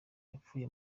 yapfuye